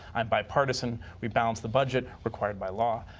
i'm bi-partisan, we balanced the budget required by law.